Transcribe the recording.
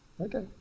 Okay